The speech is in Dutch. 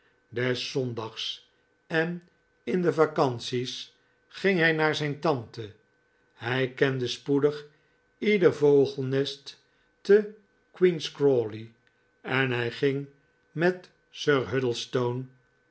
des zondags en in de vacanties ging hij naar zijn tante hij kende spoedig ieder vogelnest te queen's crawley en hij ging met sir huddlestone